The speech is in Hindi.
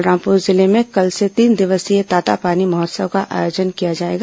बलरामपुर जिले में कल से तीन दिवसीय तातापानी महोत्सव का आयोजन किया जाएगा